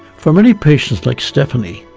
for many patients, like stephanie,